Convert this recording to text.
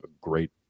great